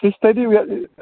سُہ چھُ تٔتی